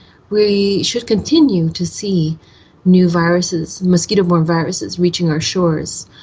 we should continue to see new viruses, mosquito borne viruses reaching our shores.